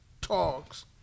talks